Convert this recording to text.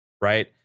right